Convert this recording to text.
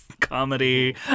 comedy